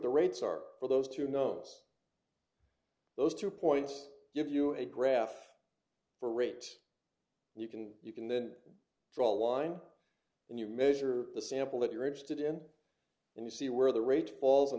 the rates are for those to know us those two points give you a graph for rate and you can you can then draw a line and you measure the sample that you're interested in and you see where the rate falls